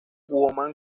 woman